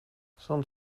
sånt